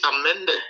amended